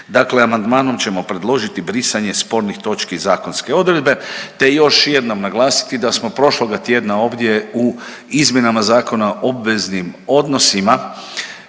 amandman ćemo predložiti brisanje spornih točki zakonske odredbe te još jednom naglasiti da smo prošloga tjedna ovdje u izmjenama ZOO-a definirali